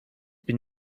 been